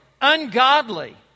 ungodly